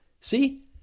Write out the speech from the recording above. See